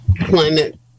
Climate